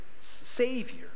Savior